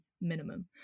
minimum